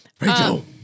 Rachel